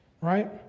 right